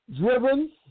driven